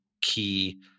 key